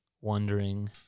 wondering